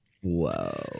Whoa